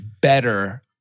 better